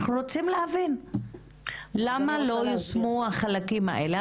אנחנו רוצים להבין למה לא יושמו החלקים האלה.